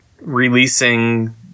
releasing